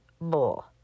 Bull